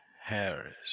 harris